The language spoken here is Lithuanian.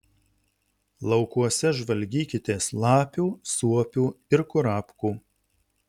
laukuose žvalgykitės lapių suopių ir kurapkų